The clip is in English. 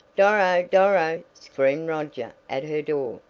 doro! doro! screamed roger at her door.